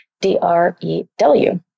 D-R-E-W